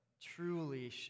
truly